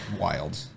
Wild